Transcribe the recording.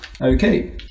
Okay